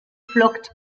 flockt